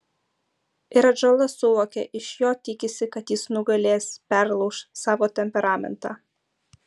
ir atžala suvokia iš jo tikisi kad jis nugalės perlauš savo temperamentą